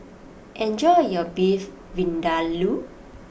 enjoy your Beef Vindaloo